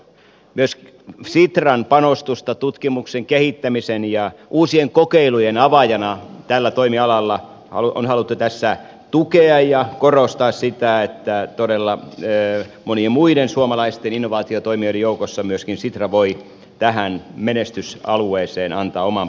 myös sitran panostusta tutkimuksen kehittämisen ja uusien kokeilujen avaajana tällä toimialalla on haluttu tässä tukea ja korostaa sitä että todella monien muiden suomalaisten innovaatiotoimijoiden joukossa myöskin sitra voi tähän menestysalueeseen antaa oman panoksensa